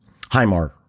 HIMAR